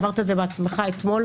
עברת את זה בעצמך אתמול,